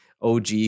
OG